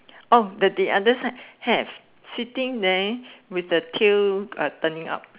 oh but the other side have sitting there with the tail uh turning up